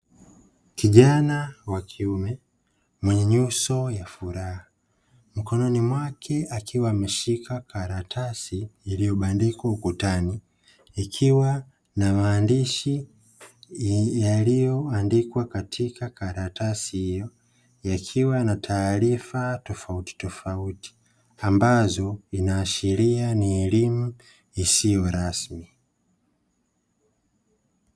Kijana wa kiume mwenye nyuso ya furaha, mkononi mwake akiwa ameshika karatasi iliyobandikwa ukutani ikiwa na maandishi yaliyoandikwa katika karatasi hiyo yakiwa na taarifa tofautitofauti ambayo yanaashiria ni elimu isiyo rasmi.